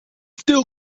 still